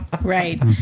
Right